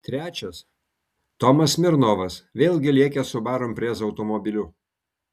trečias tomas smirnovas vėlgi lėkęs subaru impreza automobiliu